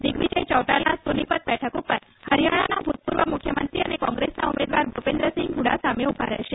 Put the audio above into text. દિગ્વીજય ચૌટાલા સોનીપત બેઠક ઉપર હરિયાણાના ભૂતપૂર્વ મુખ્યમંત્રી અને કોંગ્રેસના ઉમેદવાર ભૂપિન્દરસિંગ હુડા સામે ઉભા રહેશે